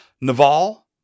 Naval